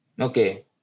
Okay